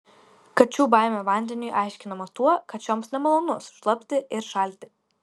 kačių baimė vandeniui aiškinama tuo kad šioms nemalonu sušlapti ir šalti